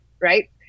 right